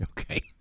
Okay